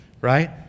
right